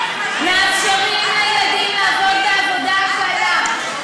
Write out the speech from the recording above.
מאפשרים לילדים לעבוד בעבודה קלה.